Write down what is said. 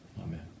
amen